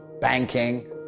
banking